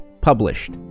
published